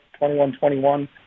21-21